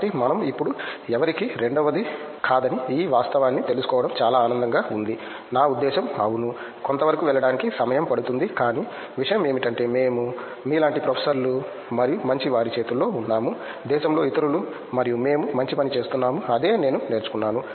కాబట్టి మనం ఇప్పుడు ఎవరికీ రెండవది కాదని ఈ వాస్తవాన్ని తెలుసుకోవడం చాలా ఆనందంగా ఉంది నా ఉద్దేశ్యం అవును కొంతవరకు వెళ్ళడానికి సమయం పడుతుంది కానీ విషయం ఏమిటంటే మేము మీలాంటి ప్రొఫెసర్లు మరియు మంచి వారి చేతుల్లో ఉన్నాము దేశంలో ఇతరులు మరియు మేము మంచి పని చేస్తున్నాము అదే నేను నేర్చుకున్నాను